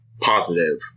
positive